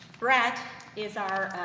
brett is our, ah,